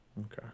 Okay